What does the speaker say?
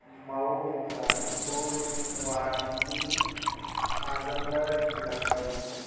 Mau Ghazipur Varanasi Azamgarh Lucknow